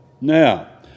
now